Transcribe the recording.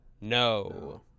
no